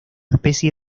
especie